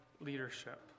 leadership